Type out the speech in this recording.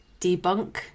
debunk